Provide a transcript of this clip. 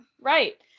Right